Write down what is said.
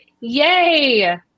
Yay